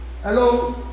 Hello